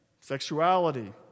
Sexuality